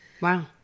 Wow